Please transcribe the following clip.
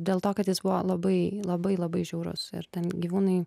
dėl to kad jis buvo labai labai labai žiaurus ir ten gyvūnai